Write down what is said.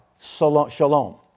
shalom